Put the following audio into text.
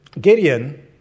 Gideon